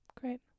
Great